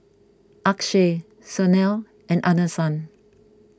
Akshay Sanal and